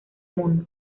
mundo